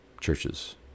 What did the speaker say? churches